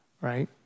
right